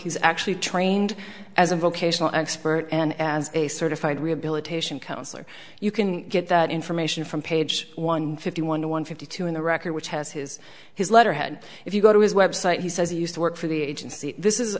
he's actually trained as a vocational expert and as a certified rehabilitation counselor you can get that information from page one fifty one one fifty two in the record which has his his letterhead if you go to his website he says he used to work for the agency this is